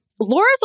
Laura's